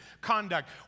conduct